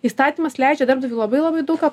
įstatymas leidžia darbdaviui labai labai daug ką